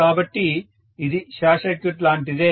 కాబట్టి ఇది short circuit లాంటిదే